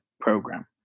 program